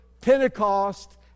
Pentecost